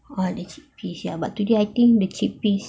!wah! the chickpeas ya but today I think the chickpeas